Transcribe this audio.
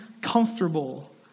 comfortable